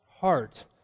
heart